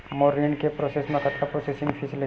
मोर ऋण के प्रोसेस म कतका प्रोसेसिंग फीस लगही?